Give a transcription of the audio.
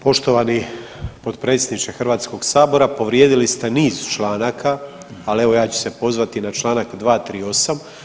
Poštovani potpredsjedniče Hrvatskoga sabora povrijedili ste niz članaka, ali evo ja ću se pozvati na članak 238.